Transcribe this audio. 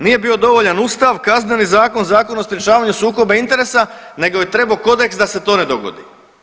Nije bio dovoljan ustav, Kazneni zakon, Zakon o sprečavanju sukoba interesa nego je trebao kodeks da se to ne dogodi.